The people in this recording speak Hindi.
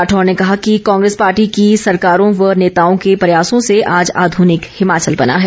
राठौर ने कहा कि कांग्रेस पार्टी की सरकारों व नेताओं के प्रयासों से आज आध्रनिक हिमाचल बना है